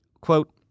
Quote